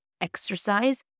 exercise